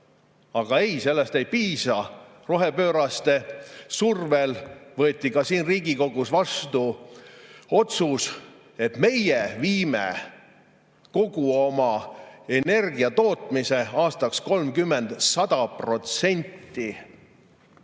Aga ei, sellest ei piisa. Rohepööraste survel võeti siin Riigikogus vastu ka otsus, et meie viime kogu oma energiatootmise 2030. aastaks 100%